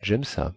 jaime ça